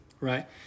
right